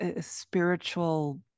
spiritual